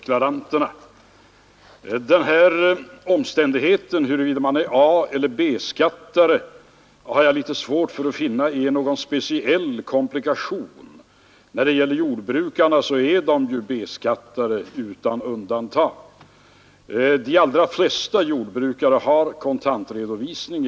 Jag har vidare svårt att finna att omständigheten huruvida man har A eller B-skatt skulle innebära någon speciell komplikation. Jordbrukarna har ju utan undantag B-skatt. Jag är medveten om att de allra flesta jordbrukare har kontantredovisning.